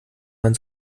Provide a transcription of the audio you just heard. man